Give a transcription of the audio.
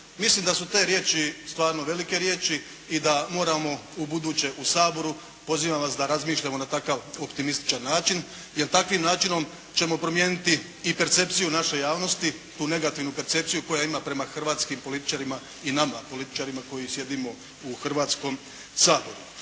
Mislim da su te riječi stvarno velike riječi i da moramo u buduće u Saboru, pozivam vas da razmišljamo na takav optimističan način jer takvim načinom ćemo promijeniti i percepciju naše javnosti, tu negativnu percepciju koja ima prema hrvatskim političarima i nama političarima koji sjedimo u Hrvatskom saboru.